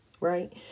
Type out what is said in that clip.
right